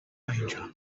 danger